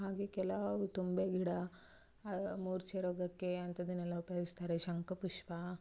ಹಾಗೆ ಕೆಲವು ತುಂಬೆ ಗಿಡ ಮೂರ್ಛೆ ರೋಗಕ್ಕೆ ಅಂಥದ್ದನ್ನೆಲ್ಲ ಉಪಯೋಗಿಸ್ತಾರೆ ಶಂಖಪುಷ್ಪ